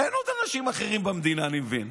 אין עוד אנשים אחרים במדינה, אני מבין.